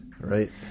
right